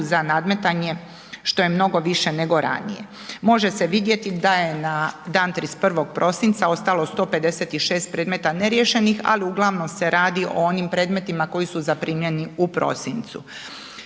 za nadmetanje, što je mnogo više nego ranije. Može se vidjeti da je na dan 31. prosinca ostalo 156 predmeta neriješenih, ali uglavnom se radi o onim predmetima koji su zaprimljeni u prosincu.